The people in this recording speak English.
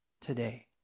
today